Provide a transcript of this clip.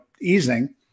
Easing